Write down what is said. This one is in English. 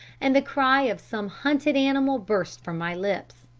and the cry of some hunted animal burst from my lips.